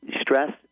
stress